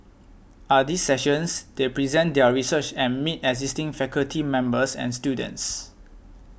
at these sessions they present their research and meet existing faculty members and students